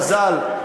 מזל,